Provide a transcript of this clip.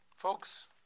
Folks